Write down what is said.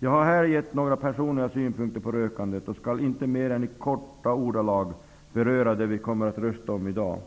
Jag har här gett några personliga synpunkter på rökandet och skall inte mer än i korta ordalag beröra det som vi kommer rösta om i morgon.